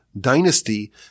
dynasty